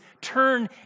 Turn